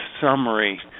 summary